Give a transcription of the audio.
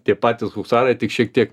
tie patys husarai tik šiek tiek